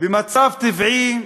במצב טבעי,